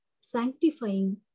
sanctifying